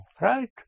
Right